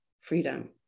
freedom